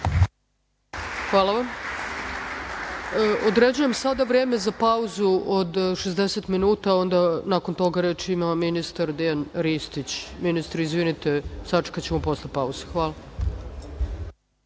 Hvala vam. Određujem sada vreme za pauzu od šezdeset minuta, onda nakon toga reč ima ministar Dejan Ristić. Ministre izvinite, sačekaćete posle pauze. Hvala